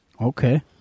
Okay